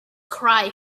cry